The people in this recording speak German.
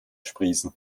sprießen